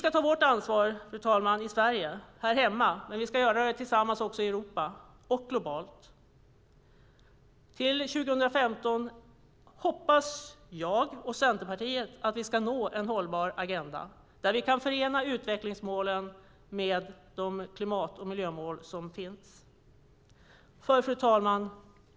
Fru talman! Vi i Sverige ska ta vårt ansvar här hemma, men vi ska också göra det tillsammans i Europa och globalt. Jag och Centerpartiet hoppas att vi ska nå en hållbar agenda till 2015 där vi kan förena utvecklingsmålen med de klimat och miljömål som finns. Fru talman!